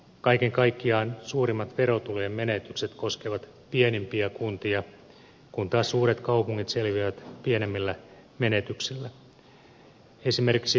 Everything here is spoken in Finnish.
kaiken kaikkiaan suurimmat verotulojen menetykset koskevat pienimpiä kuntia kun taas suuret kaupungit selviävät pienemmillä menetyksillä